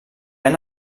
han